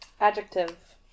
Adjective